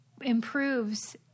improves